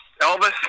Elvis